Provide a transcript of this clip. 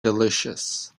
delicious